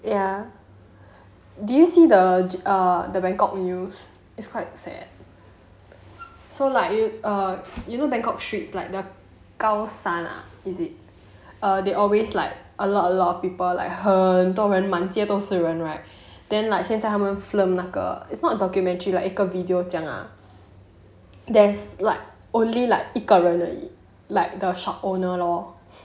ya did you see the err the bangkok news is quite sad so like you err you know bangkok streets like the khaosan ah is it err they always like a lot a lot of people like 很多人满街都是人 right then like 现在他们 film 那个 it's not documentary like 一个 video 这样 there's like only like 一个人而已 like the shop owner lor